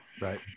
Right